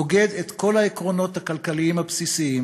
נוגדת את כל העקרונות הכלכליים הבסיסיים